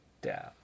down